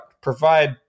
provide